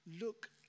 look